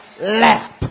lap